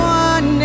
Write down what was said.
one